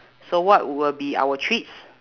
so what will be our treats